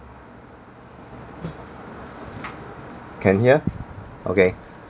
can hear okay